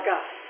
God